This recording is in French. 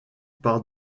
par